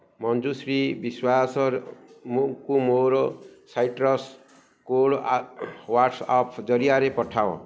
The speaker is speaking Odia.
ମଞ୍ଜୁଶ୍ରୀ ବିଶ୍ୱାସ ଙ୍କୁ ମୋର ସାଇଟ୍ରସ୍ କୋଡ଼୍ ହ୍ଵାଟ୍ସଆପ୍ ଜରିଆରେ ପଠାଅ